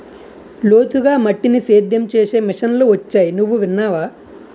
లోతుగా మట్టిని సేద్యం చేసే మిషన్లు వొచ్చాయి నువ్వు విన్నావా?